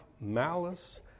malice